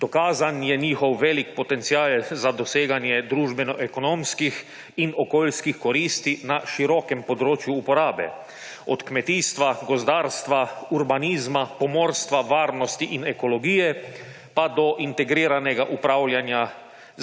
Dokazan je njihov velik potencial za doseganje družbenoekonomskih in okoljskih koristi na širokem področju uporabe; od kmetijstva, gozdarstva, urbanizma, pomorstva, varnosti in ekologije pa do integriranega upravljanja